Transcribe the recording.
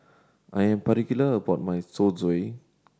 I am particular about my Zosui